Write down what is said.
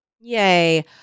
Yay